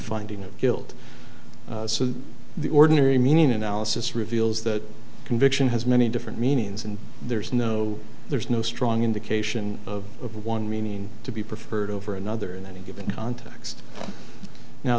finding of guilt so that the ordinary meaning analysis reveals that conviction has many different meanings and there's no there's no strong indication of one mean to be preferred over another in any given context now